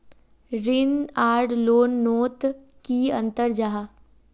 ऋण आर लोन नोत की अंतर जाहा?